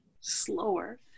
slower